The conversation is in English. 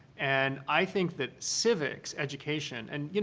and i think that civics education and, you